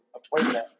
appointment